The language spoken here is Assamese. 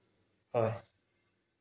হয়